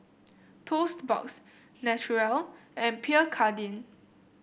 Toast Box Naturel and Pierre Cardin